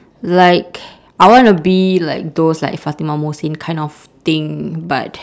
like I wanna be like those like fatimah mohsin kind of thing but